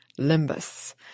Limbus